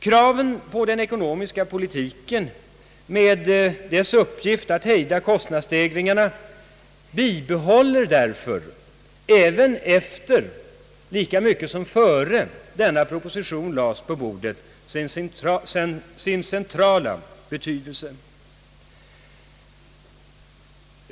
Kraven på den ekonomiska politiken med dess uppgift att hejda kostnadsstegringarna bibehåller därför sin centrala betydelse lika mycket efter som före propositionens framläggande.